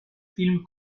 film